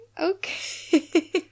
okay